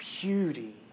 beauty